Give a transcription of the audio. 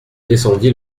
descendit